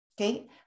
Okay